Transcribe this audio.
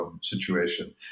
situation